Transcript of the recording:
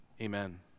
Amen